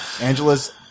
Angela's